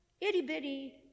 itty-bitty